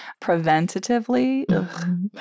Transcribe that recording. Preventatively